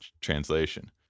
translation